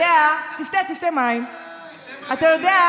תתחבאי אחרי זה עוד פעם בחניון,